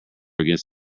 against